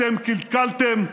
אתם קלקלתם,